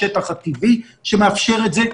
השטח הטבעי שמאפשר את זה.